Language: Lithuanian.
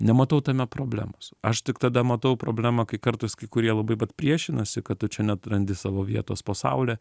nematau tame problemos aš tik tada matau problemą kai kartais kai kurie labai priešinasi kad tu čia neatrandi savo vietos po saule